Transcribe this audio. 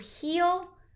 heal